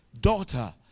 daughter